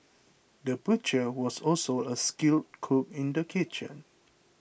the butcher was also a skilled cook in the kitchen